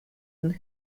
and